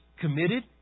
committed